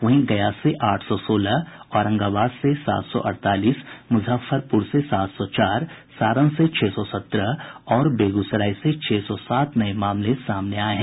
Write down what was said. वहीं गया से आठ सौ सोलह औरंगाबाद से सात सौ अड़तालीस मुजफ्फरपुर से सात सौ चार सारण से छह सौ सत्रह और बेगूसराय से छह सौ सात नये मामले सामने आये हैं